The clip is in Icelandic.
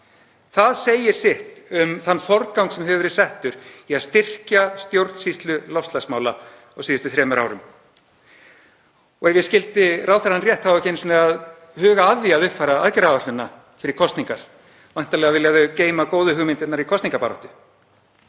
Það segir sitt um þann forgang sem hefur verið settur í að styrkja stjórnsýslu loftslagsmála á síðustu þremur árum. Ef ég skildi ráðherrann rétt þá á ekki einu sinni að huga að því að uppfæra aðgerðaáætlunina fyrir kosningar. Væntanlega vilja þau geyma góðu hugmyndirnar fyrir kosningabaráttu.